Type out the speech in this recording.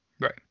Right